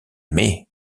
mais